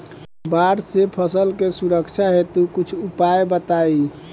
बाढ़ से फसल के सुरक्षा हेतु कुछ उपाय बताई?